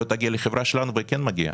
אבל היא כן מגיעה,